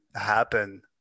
happen